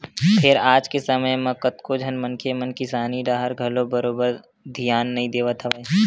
फेर आज के समे म कतको झन मनखे मन किसानी डाहर घलो बरोबर धियान नइ देवत हवय